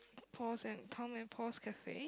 Paul's and Tom and Paul's Cafe